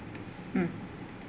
mm